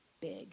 big